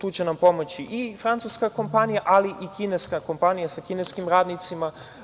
Tu će nam pomoći i francuska kompanija, ali i kineska kompanija sa kineskim radnicima.